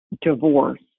divorce